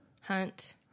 hunt